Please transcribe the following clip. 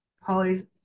Holly's